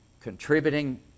contributing